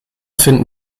finden